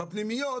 בפנימיות